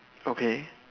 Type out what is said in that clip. okay